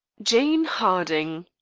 jane harding.